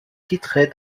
titrée